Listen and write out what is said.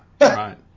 Right